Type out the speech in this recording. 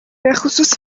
بخصوص